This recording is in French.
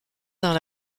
dans